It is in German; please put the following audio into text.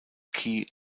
key